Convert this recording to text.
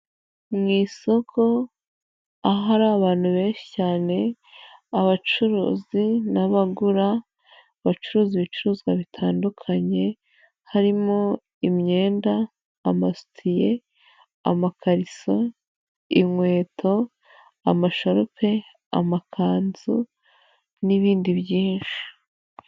Mu isoko aho ari abantu benshi cyane, abacuruzi n'abagura, bacuruza ibicuruzwa bitandukanye, harimo imyenda, amasutiye, amakariso, inkweto, amasharupe, amakanzu n'ibindi byinshi.